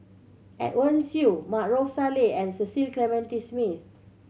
Edwin Siew Maarof Salleh and Cecil Clementi Smith